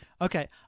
Okay